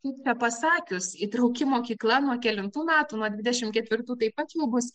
kaip čia pasakius įtrauki mokykla nuo kelintų metų nuo dvidešimt ketvirtų taip pat jau bus